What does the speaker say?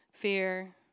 fear